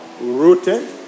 Rooted